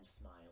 smile